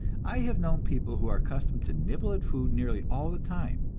i have known people who are accustomed to nibble at food nearly all the time.